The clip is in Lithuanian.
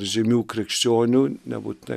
žymių krikščionių nebūtinai